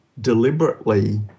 deliberately